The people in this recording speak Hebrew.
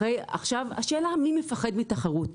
עכשיו השאלה מי מפחד מתחרות,